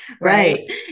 Right